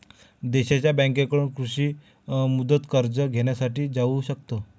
देशांच्या बँकांकडून कृषी मुदत कर्ज घेण्यासाठी जाऊ शकतो